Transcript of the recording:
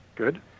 Good